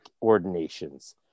ordinations